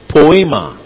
Poema